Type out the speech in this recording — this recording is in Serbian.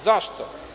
Zašto?